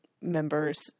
members